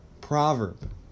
proverb